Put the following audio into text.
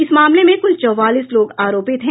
इस मामले में कुल चौवालीस लोग आरोपित हैं